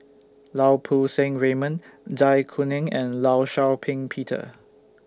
Lau Poo Seng Raymond Zai Kuning and law Shau Ping Peter